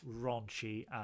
raunchy